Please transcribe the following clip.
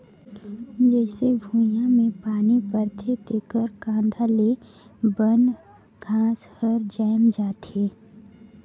जईसे भुइयां में पानी परथे तेकर कांदा ले बन घास हर जायम जाथे